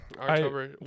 October